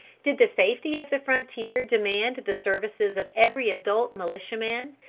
did the safety of the frontier demand the services of every adult militiaman,